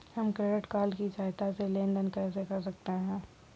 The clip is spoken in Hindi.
हम क्रेडिट कार्ड की सहायता से लेन देन कैसे कर सकते हैं?